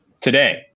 today